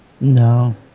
No